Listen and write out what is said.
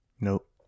Nope